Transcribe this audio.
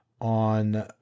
on